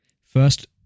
first